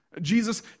Jesus